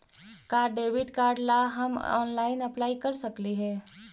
का debit card ला हम ऑनलाइन अप्लाई कर सकली हे?